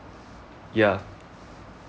ya